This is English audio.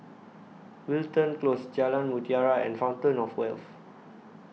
Wilton Close Jalan Mutiara and Fountain of Wealth